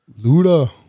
luda